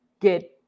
get